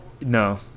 no